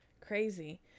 crazy